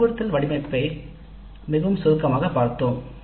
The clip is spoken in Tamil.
அறிவுறுத்தல் வடிவமைப்பை மிகவும் சுருக்கமாக பார்த்தோம்